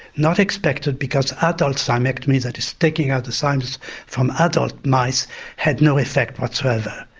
not expected because adult thymectomy, that is taking out the thymus from adult mice had no effect whatsoever.